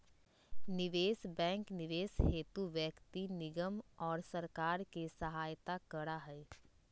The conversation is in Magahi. निवेश बैंक निवेश हेतु व्यक्ति निगम और सरकार के सहायता करा हई